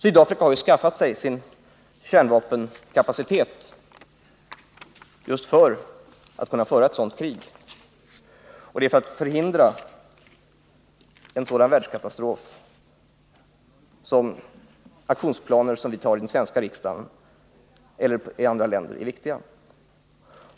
Sydafrika har ju skaffat sig sin kärnvapenkapacitet just för att kunna föra ett sådant krig, och det är för att förhindra en sådan världskatastrof som aktionsplaner av den typ Sverige utarbetar eller som man utarbetar i andra länder är viktiga.